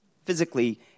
Physically